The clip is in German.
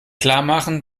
klarmachen